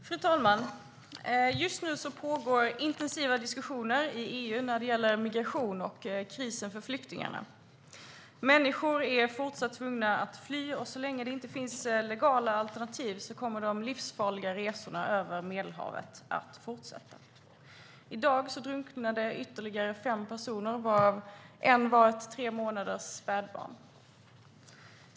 Fru talman! Just nu pågår intensiva diskussioner i EU när det gäller migration och krisen för flyktingarna. Människor är fortsatt tvungna att fly, och så länge det inte finns legala alternativ kommer de livsfarliga resorna över Medelhavet att fortsätta. I dag drunknade ytterligare fem personer, varav en var ett tremånaders spädbarn.